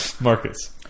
Marcus